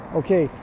okay